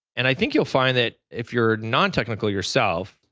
and i think you'll find that if you're non technical yourself,